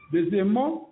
Deuxièmement